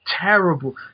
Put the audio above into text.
terrible